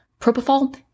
Propofol